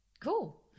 Cool